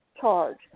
charge